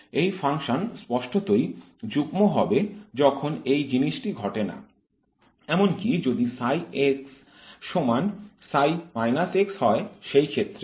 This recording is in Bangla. এই ফাংশন স্পষ্টতই যুগ্ম হবে যখন এই জিনিসটি ঘটে না - এমনকি যদি সমান হয় সেই ক্ষেত্রেও